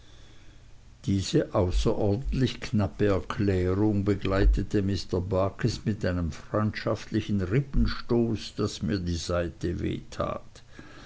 diese außerordentlich knappe erklärung begleitete mr barkis mit einem freundschaftlichen rippenstoß daß mir die seite weh tat